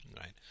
Right